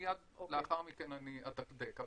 מייד לאחר מכן אני אדקדק.